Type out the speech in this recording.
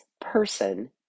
person